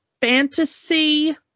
fantasy